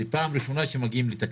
וזו פעם ראשונה שהם מגיעים לתקציב.